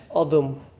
Adam